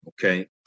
Okay